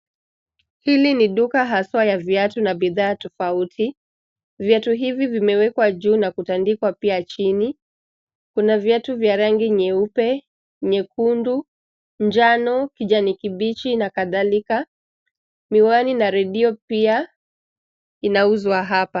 Hili ni duka haswa ya viatu na bidhaa tofauti viatu hivi vimewekwa juu na kutandikwa pia chini kuna viatu vya rangi nyeupe, nyekundu, njano, kijani kibichi na kadhalika miwani na redio pia inauzwa hapa.